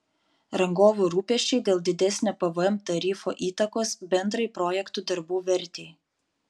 rangovų rūpesčiai dėl didesnio pvm tarifo įtakos bendrai projektų darbų vertei